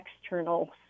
external